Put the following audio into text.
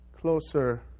closer